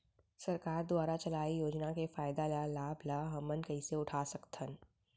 सरकार दुवारा चलाये योजना के फायदा ल लाभ ल हमन कइसे उठा सकथन?